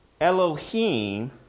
Elohim